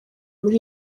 muri